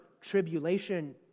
tribulation